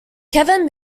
kevin